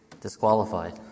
disqualified